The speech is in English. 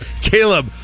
Caleb